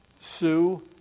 sue